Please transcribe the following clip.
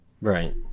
right